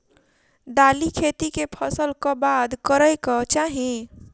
दालि खेती केँ फसल कऽ बाद करै कऽ चाहि?